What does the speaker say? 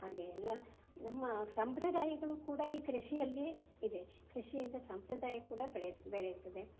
ಹಾಗೆ ಎಲ್ಲ ನಮ್ಮ ಸಂಪ್ರದಾಯಗಳು ಕೂಡ ಈ ಕೃಷಿಯಲ್ಲಿಯೇ ಇದೆ ಕೃಷಿಯಿಂದ ಸಂಪ್ರದಾಯ ಕೂಡ ಬೆಳಿತಾ ಬೆಳಿತದೆ